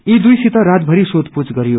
यी दुई सित रातभरि सोधपूछ गरियो